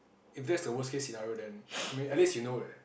if that's the worst case scenario then I mean at least you know that